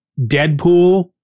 Deadpool